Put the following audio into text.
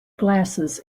glasses